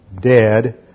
dead